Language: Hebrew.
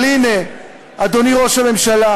אבל הנה, אדוני ראש הממשלה,